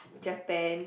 Japan